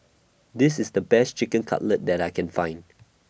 This IS The Best Chicken Cutlet that I Can Find